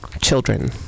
Children